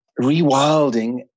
Rewilding